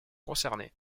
concernés